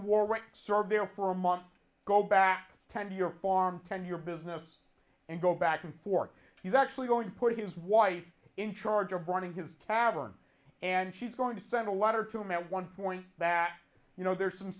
right serve there for a month go back ten year form ten your business and go back and forth he's actually going to put his wife in charge of running his tavern and she's going to send a letter to matt one point that you know there's some